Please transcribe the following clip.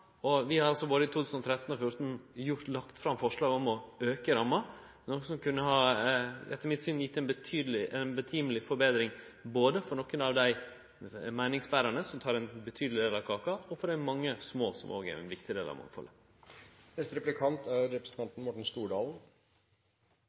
Vi har både i 2013 og 2014 lagt fram forslag om å auka ramma, noko som etter mitt syn har gjeve ei betring, både for nokre av dei meiningsberande som tek ein del stor del av kaka, og for dei mange små, som òg er ein viktig del av mangfaldet. Det ville vore på høg tid! Jeg pleier ikke så ofte å si at SV er